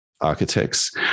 architects